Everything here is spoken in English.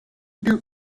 built